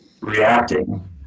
reacting